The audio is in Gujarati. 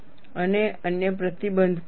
અને અન્ય પ્રતિબંધ પણ છે